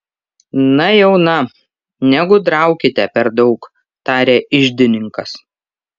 na jau na negudraukite per daug tarė iždininkas